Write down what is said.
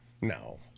No